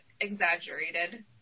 exaggerated